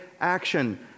action